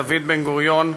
דוד בן-גוריון,